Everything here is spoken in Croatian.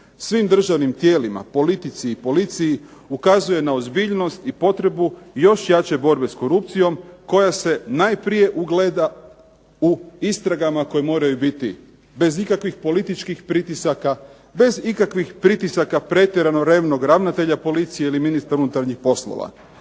svim državnim tijelima, politici i policiji ukazuje na ozbiljnost i potrebu još jače borbe s korupcijom koja se najprije ugleda u istragama koje moraju biti bez ikakvih političkih pritisaka, bez ikakvih pritisaka pretjerano revnog ravnatelja policije ili ministra unutarnjih poslova.